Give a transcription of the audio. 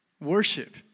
Worship